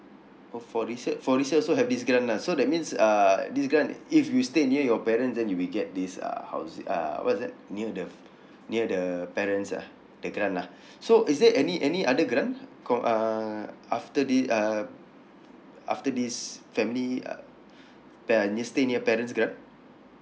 oh for this resale for resale also have this grant lah so that means uh this grant if you stay near your parents then you will get this uh housing uh what's that near the near the parents ah that grant lah so is there any any other grant called uh after thi~ uh after this family uh stay near parents grant